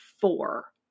four